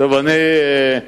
אדוני היושב-ראש,